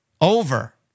over